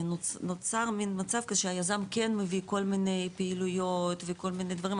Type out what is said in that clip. נוצר מן מצב כשהיזם כן מביא כל מיני פעילויות וכל מיני דברים,